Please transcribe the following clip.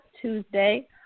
Tuesday